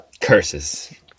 Curses